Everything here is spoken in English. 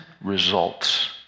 results